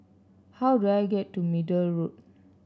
how do I get to Middle Road